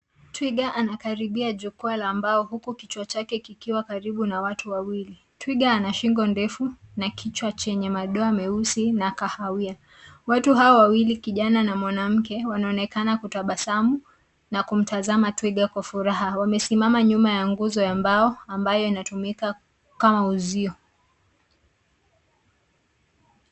Twiga anakaribia jukwaa la mbao huku kichwa chake kikiwa karibu na watu wawili. Twiga ana shingo ndefu na kichwa chenye madoa meusi na kahawia. Watu hawa wawili kijana na mwanamke, wanaonekana kutabasamu na kumtazama twiga kwa furaha. Wamesimama nyuma ya nguzo ya mbao ambayo inatumika kama uzio.